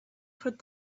put